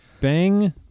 Bang